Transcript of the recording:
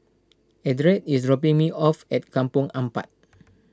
Eldred is dropping me off at Kampong Ampat